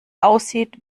aussieht